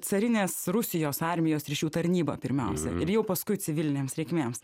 carinės rusijos armijos ryšių tarnyba pirmiausia ir jau paskui civilinėms reikmėms